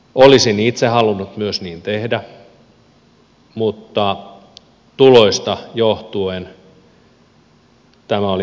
olisin itse halunnut myös niin tehdä mutta tuloista johtuen tämä oli ainoa vaihtoehto